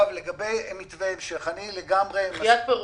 לגבי מתווה המשך, אני לגמרי --- דחיית פירעונות.